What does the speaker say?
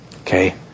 Okay